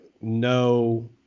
no